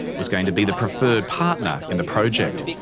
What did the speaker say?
was going to be the preferred partner in the project.